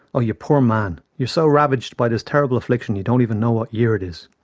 oh, you poor man, you're so ravaged by this terrible affliction you don't even know what year it is.